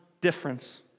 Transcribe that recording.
difference